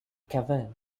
cavern